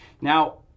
Now